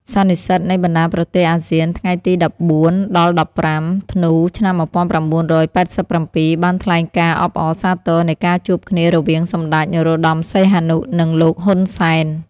សន្និសីទនៃបណ្ដាប្រទេសអាស៊ានថ្ងៃទី១៤-១៥ ធ្នូ ឆ្នាំ១៩៨៧ បានថ្លែងការអបអរសាទរនៃការជួបគ្នារវាងសម្ដេច នរោត្តមសីហនុ និងលោក ហ៊ុនសែន។